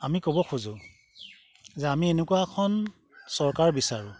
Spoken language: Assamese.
আমি ক'ব খোজোঁ যে আমি এনেকুৱা এখন চৰকাৰ বিচাৰোঁ